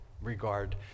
regard